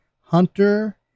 Hunter